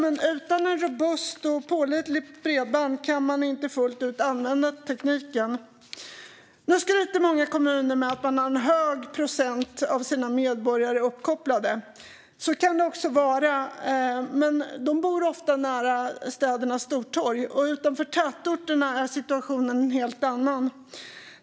Men utan ett robust och pålitligt bredband kan man inte fullt ut använda tekniken. Nu skryter man i en del kommuner med att man har en stor procentandel av sina medborgare uppkopplade. Så kan det också vara. Men många bor nära städernas stortorg, och utanför tätorterna är situationen en helt annan.